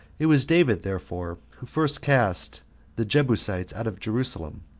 it was david, therefore, who first cast the jebusites out of jerusalem,